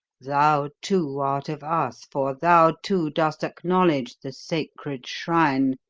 thou, too, art of us, for thou, too, dost acknowledge the sacred shrine.